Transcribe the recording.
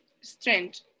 strength